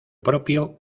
propio